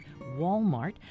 Walmart